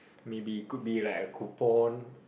maybe could be like a coupon